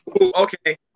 okay